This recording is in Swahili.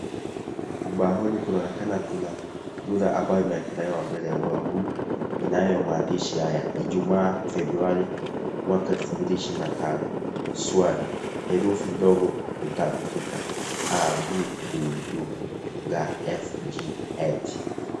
Ubaoni kunaonekana kuna rula ambayo imewekelewa mbele ya ubao huo inayo maandishi haya Ijumaa Februari mwaka elfu mbili ishirini na tano swali herufi ndogo hutamukika a b k d gh f g h .